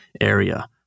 area